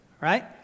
right